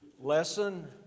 lesson